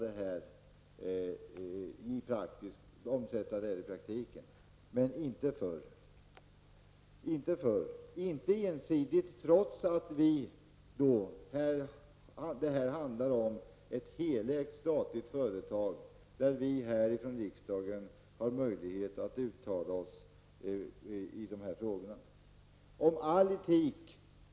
Sverige kommer inte ensidigt att vidta några åtgärder trots att detta handlar om ett helägt statligt företag och att vi här i riksdagen har möjlighet att uttala oss i dessa frågor. Herr talman!